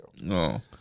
No